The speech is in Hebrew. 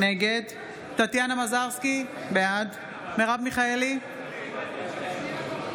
נגד טטיאנה מזרסקי, בעד מרב מיכאלי, בעד